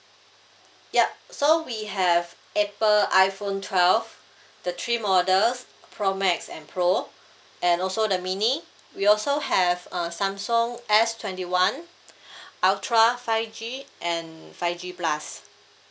ya so we have apple iphone twelve the three models pro max and pro and also the mini we also have uh Samsung S twenty one ultra five G and five G plus